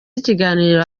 ikiganiro